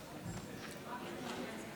חברות וחברי הכנסת,